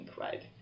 right